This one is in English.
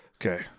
Okay